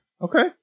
Okay